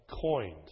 coined